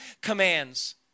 commands